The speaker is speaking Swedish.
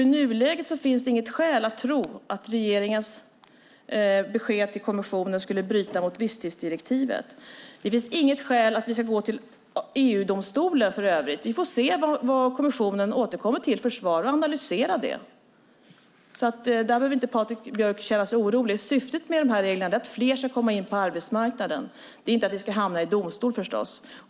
I nuläget finns det alltså inget skäl att tro att regeringens besked till kommissionen skulle bryta mot visstidsdirektivet. Det finns för övrigt inget skäl för oss att gå till EU-domstolen. Vi får se vad kommissionen återkommer med för svar och analysera det. Där behöver Patrik Björck inte känna sig orolig. Syftet med dessa regler är att fler ska komma in på arbetsmarknaden. Det är förstås inte att vi ska hamna i domstol.